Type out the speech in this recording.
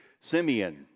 Simeon